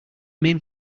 main